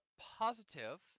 positive